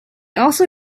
also